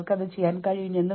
നിങ്ങൾ കുടിക്കാൻ തുടങ്ങൂന്നു